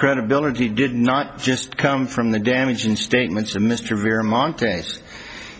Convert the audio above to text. credibility did not just come from the damaging statements of mr vera mountain